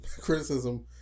criticism